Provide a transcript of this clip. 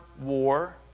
war